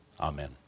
amen